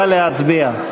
נא להצביע.